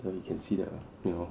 so you can see the you know